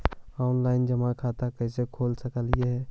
Online जमा खाता कैसे खोल सक हिय?